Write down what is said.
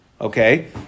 okay